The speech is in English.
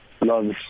loves